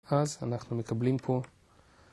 אז אנחנו מקבלים פה